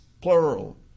plural